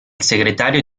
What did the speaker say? segretario